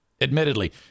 Admittedly